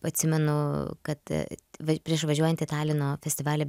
atsimenu kad prieš važiuojant į talino festivaly